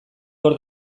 hor